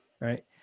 Right